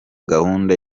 gahunda